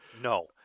No